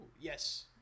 Yes